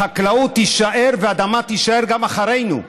החקלאות תישאר והאדמה תישאר גם אחרינו.